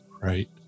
Right